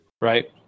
Right